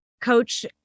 coach